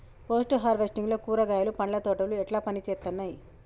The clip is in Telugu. పోస్ట్ హార్వెస్టింగ్ లో కూరగాయలు పండ్ల తోటలు ఎట్లా పనిచేత్తనయ్?